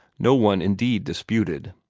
no one indeed disputed.